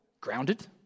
grounded